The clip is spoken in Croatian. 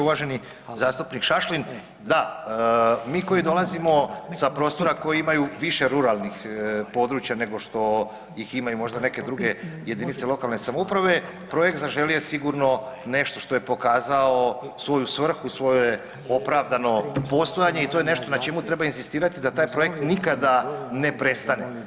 Uvaženi zastupnik Šašlin, da, mi koji dolazimo sa prostora koji imaju više ruralnih područja nego što ih imaju možda neke druge jedinice lokalne samouprave, projekt Zaželi je sigurno nešto što je pokazao svoju svrhu, svoje opravdano postojanje i to je nešto na čemu treba inzistirati da taj projekt nikada ne prestane.